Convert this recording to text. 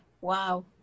Wow